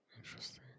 interesting